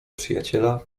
przyjaciela